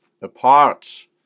apart